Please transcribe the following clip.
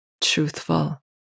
truthful